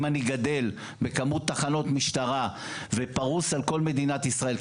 אם אני גדל בכמות תחנות משטרה ופרוס על כל מדינת ישראל,